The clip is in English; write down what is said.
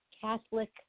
Catholic